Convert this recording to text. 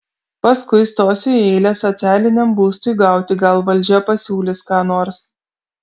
paskui stosiu į eilę socialiniam būstui gauti gal valdžia pasiūlys ką nors